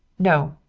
no.